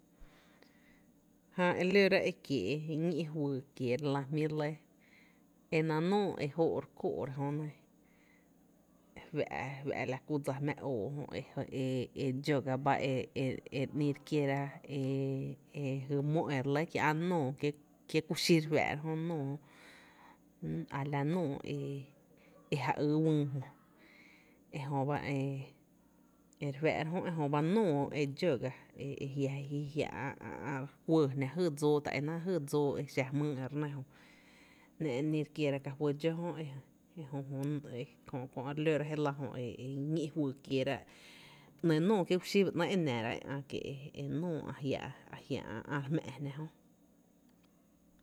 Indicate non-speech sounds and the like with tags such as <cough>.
Jää e re lóra ekiee’ ñí’ fyy kieera, e kiee’ e ná’ nóoó re kóó’ ra jö, fa’ <hesitation> fá la kú dsa jmⱥⱥ e <hesitation> e dxó ga e <hesitation> e e re ‘ni re kiera, e <hesitation> e jy mó e re lɇ kiä’ nóoó kie’ <hesitation> kié’ kuxí ɇ re fⱥⱥ’ra jöne a la nóoó e ja yy wÿÿ e re ï’ re kiera e e jy mó e re lɇ kiä’ nóoó kie’ kuxí re fáá’ra jö nóoó a la nóoó e ja yy wÿÿ jö r jöba e re fáá’ra jö, ejÖba nóoó e dxó ga e jia’ ä’ <hesitation> ä ä ä kuɇɇ jná jy dsóó ta é náá’ dsóó exa jmýý e re né jö, ‘ná’ e re ï’re kiera ka fý dxó ba r jö. Kö <hesitation> jö e re lóra je la, e e ñí’ fyy kiera, ‘néé’ nóoó kié’ kuxí ba ‘néé’ e nara e ä’ kie’ e <hesitation> e jia’ <hesitation> jia’ xa jmⱥ’ jná jö.